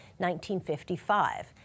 1955